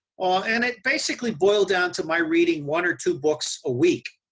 ah and it basically boiled down to my reading one or two books a week.